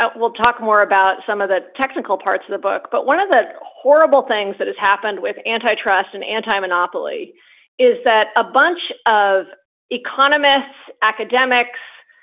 ah we'll talk more about some of the technical parts of the book. but one of the horrible things that has happened with antitrust and antimonopoly is that a bunch of economists, academics,